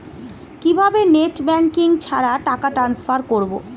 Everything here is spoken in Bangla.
কিভাবে নেট ব্যাংকিং ছাড়া টাকা টান্সফার করব?